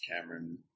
Cameron